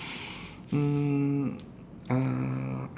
um uh